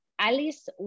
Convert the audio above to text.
Alice